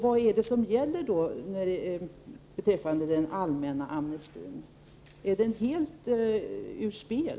Vad är det som gäller beträffande den allmänna amnestin? Har den helt satts ur spel?